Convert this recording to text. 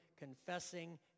confessing